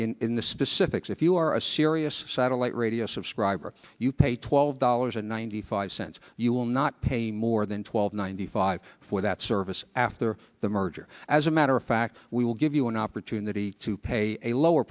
in the specifics if you are a serious satellite radio subscriber you pay twelve dollars and ninety five cents you will not pay more than twelve ninety five for that service after the merger as a matter of fact we will give you an opportunity to pay a lower